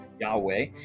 Yahweh